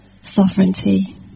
sovereignty